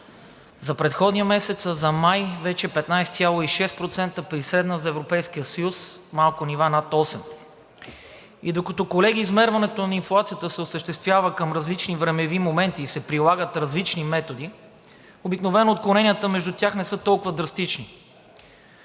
за предходния месец, а за май вече е 15,6% при средна за Европейския съюз малко над 8%. И докато, колеги, измерването на инфлацията се осъществява към различни времеви моменти и се прилагат различни методи, обикновено отклоненията между тях не са толкова драстични.